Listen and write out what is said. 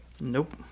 Nope